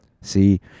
See